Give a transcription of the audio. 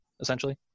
essentially